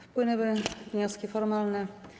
Wpłynęły wnioski formalne.